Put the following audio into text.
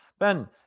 Ben